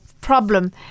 problem